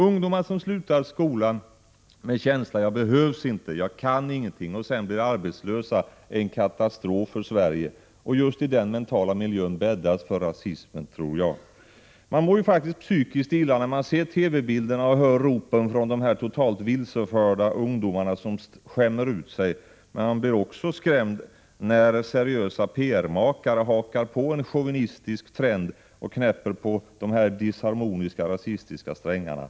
Ungdomar som slutar skolan med känslan av att de inte behövs och ingenting kan, och sedan blir arbetslösa, är en katastrof för Sverige. Jag tror att det bäddas för rasism i just den mentala miljön. Man mår faktiskt psykiskt illa när man ser TV-bilder och hör ropen från dessa totalt vilseförda ungdomar, som skämmer ut sig. Man blir emellertid också skrämd när seriösa PR-makare hakar på en chauvinistisk trend och knäpper på de disharmoniska rasistiska strängarna.